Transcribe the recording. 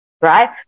right